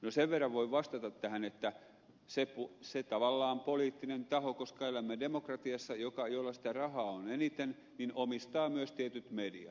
no sen verran voin vastata tähän että se tavallaan poliittinen taho kun elämme demokratiassa jolla sitä rahaa on eniten omistaa myös tietyt mediat